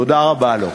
תודה רבה לו.